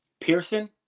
Pearson